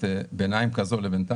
את המענה הנדרש.